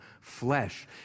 flesh